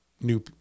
new